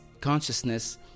consciousness